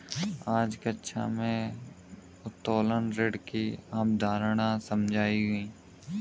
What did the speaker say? आज कक्षा में उत्तोलन ऋण की अवधारणा समझाई गई